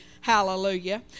hallelujah